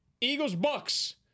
Eagles-Bucks